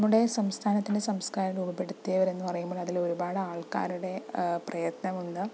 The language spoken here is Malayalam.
നമ്മുടെ സംസ്ഥാനത്തിന് സംസ്കാരം രൂപപ്പെടുത്തിയവരെന്ന് പറയുമ്പോൾ അതിൽ ഒരുപാട് ആൾക്കാരുടെ പ്രയത്നം ഉണ്ട്